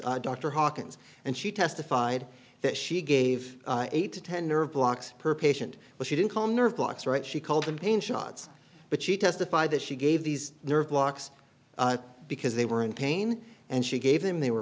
dr hawkins and she testified that she gave eight to ten nerve blocks per patient but she didn't call nerve blocks right she called them pain shots but she testified that she gave these nerve blocks because they were in pain and she gave them they were